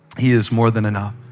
he is more than enough.